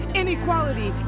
inequality